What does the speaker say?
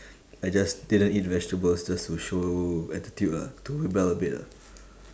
I just didn't eat the vegetables just to show attitude lah to rebel a bit ah